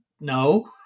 no